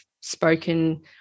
spoken